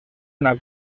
una